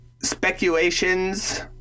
speculations